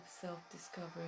self-discovery